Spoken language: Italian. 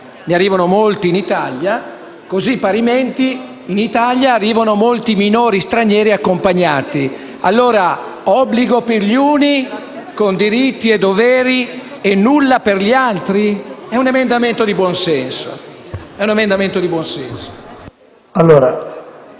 ne arrivano molti in Italia ma, parimenti, arrivano anche molti minori stranieri accompagnati. Quindi, obbligo per gli uni, con diritti e doveri, e nulla per gli altri? È un emendamento di buon senso.